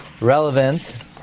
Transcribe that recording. relevant